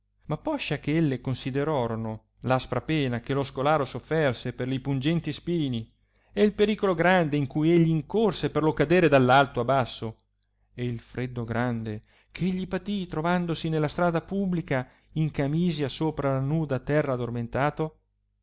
ma poscia che elle considerarono aspra pena che lo scolare sofferse per li pungenti spini e il pericolo grande in cui egli incorse per lo cadere d alto a basso e il freddo grande che egli patì trovandosi nella strada publica in camiscia sopra la nuda terra addormentato